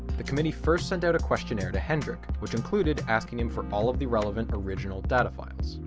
the committee first sent out a questionnaire to hendrik which included asking him for all of the relevant original data files.